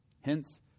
Hence